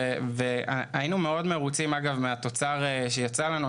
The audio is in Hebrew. והיינו מאוד מרוצים מהתוצר שיצא לנו,